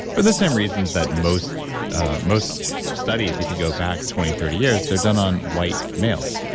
but the same reasons that most most studies, if you go back twenty, thirty years, they're done on white males.